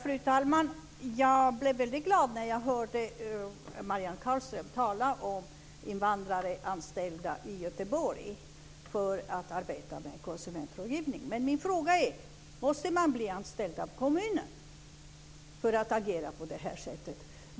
Fru talman! Jag blev väldigt glad när jag hörde Marianne Carlström tala om att invandrare anställts för att arbeta med konsumentrådgivning i Göteborg. Men min fråga är om man måste anställas av kommunen för att kunna agera på detta sätt.